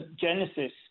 Genesis